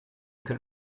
könnt